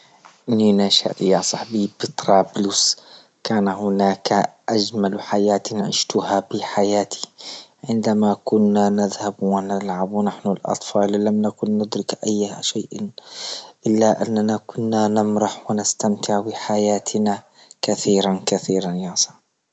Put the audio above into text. أنني نشأت يا صاحبي في طرابلس كان هناك أجمل حياة عشتها بحياتي عندما كنا نذهب ونلعب ونحن الاطفال لم نكن ندرك أي شيء إلا أننا كنا نمرح ونستمتع بحياتنا كثيرا كثيرا يا ص-.